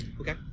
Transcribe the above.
Okay